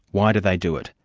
why do they do it?